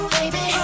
Baby